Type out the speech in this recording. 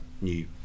new